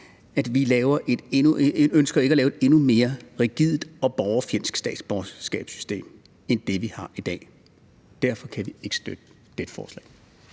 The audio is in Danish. at vi ikke ønsker at lave et endnu mere rigidt og borgerfjendsk statsborgerskabssystem end det, vi har i dag. Derfor kan vi ikke støtte dette forslag.